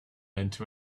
into